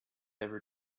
ever